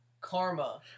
karma